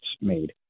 made